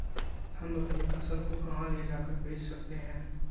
हम अपनी फसल को कहां ले जाकर बेच सकते हैं?